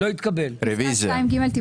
הצבעה ההסתייגות לא